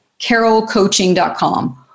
carolcoaching.com